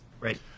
Right